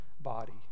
body